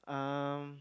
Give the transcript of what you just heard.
um